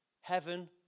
heaven